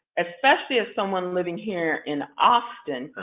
especially as someone living here in austin,